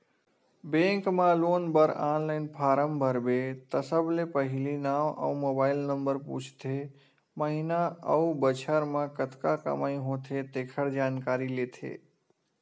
bank म loan बर online form भरबे त सबले पहिली नांव अउ मोबाईल नंबर पूछथे, महिना अउ बछर म कतका कमई होथे तेखर जानकारी लेथे